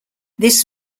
this